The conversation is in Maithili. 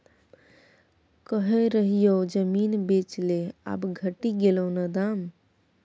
कहय रहियौ जमीन बेच ले आब घटि गेलौ न दाम